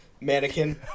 mannequin